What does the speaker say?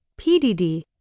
PDD